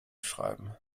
schreiben